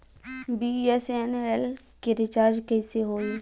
BSNL के recharge कैसे होयी?